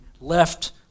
left